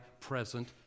present